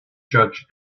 judge